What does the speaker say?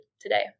today